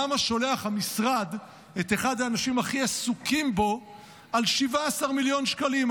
למה שולח המשרד את אחד האנשים הכי עסוקים בו על 17 מיליון שקלים,